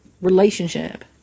relationship